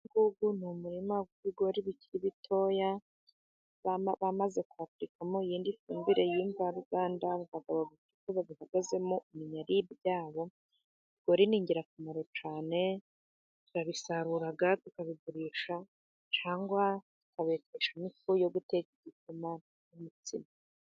Uyu ni umurima w'ibigori bikiri bitoya, bamaze kwapulikamo iyindi fumbire y'imvaruganda, aba bagabo babihagazemo umenya ari ibyabo, ibigori ni ingirakamaro cyane, turabisarura, tukabigurisha cyangwa tukabeteshamo ifu yo guteka igikoma n'umutsima.